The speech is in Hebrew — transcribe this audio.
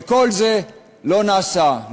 וכל זה לא נעשה,